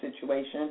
situation